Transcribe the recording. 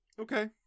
Okay